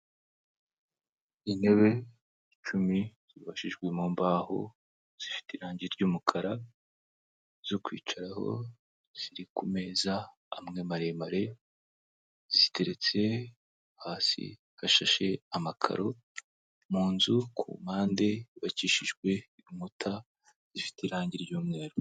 Intebe icumi zibashijwe mu mbaho zifite irangi ry'umukara zo kwicaraho, ziri ku meza amwe maremare ziteretse hasi, hashashe amakaro mu nzu ku impande hakishijwe inkuta zifite irangi ry'umweru.